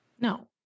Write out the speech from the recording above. No